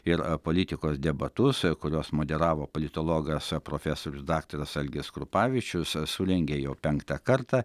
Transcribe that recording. ir politikos debatus kuriuos moderavo politologas profesorius daktaras algis krupavičius surengė jau penktą kartą